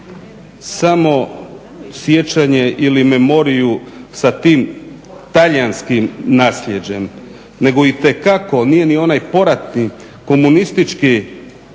samo sjećanje ili memoriju sa tim talijanskim nasljeđem nego itekako nije ni onaj poratni komunističko